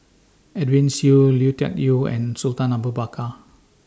Edwin Siew Lui Tuck Yew and Sultan Abu Bakar